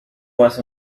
was